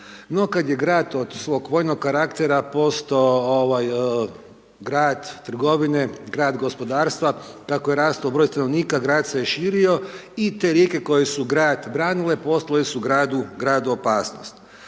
kad je grad od svog vojnog karaktera postao grad trgovine, grad gospodarstva, kako je rastao broj stanovnika, grad se širio i te rijeke koje su grad branile, postale su gradu opasnost.